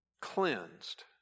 cleansed